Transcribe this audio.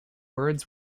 words